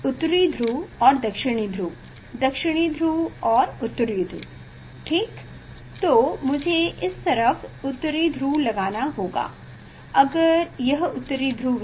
उत्तरी ध्रुव और दक्षिणी ध्रुव दक्षिणी ध्रुव और उत्तरी ध्रुव ठीक तो मुझे इस तरफ उत्तरी ध्रुव लगाना होगा अगर यह उत्तरी ध्रुव है